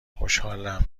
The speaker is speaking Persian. خوشحالم